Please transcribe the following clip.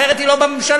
אחרת היא לא בממשלה.